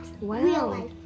Wow